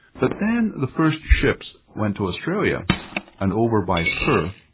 but then the first ships went to australia and over by perth,